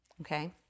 okay